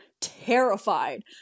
terrified